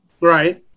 Right